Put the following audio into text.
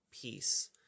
peace